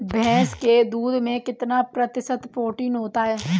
भैंस के दूध में कितना प्रतिशत प्रोटीन होता है?